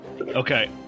okay